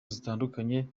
zitandukanye